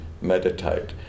meditate